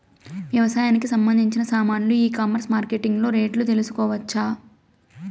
వ్యవసాయానికి సంబంధించిన సామాన్లు ఈ కామర్స్ మార్కెటింగ్ లో రేట్లు తెలుసుకోవచ్చా?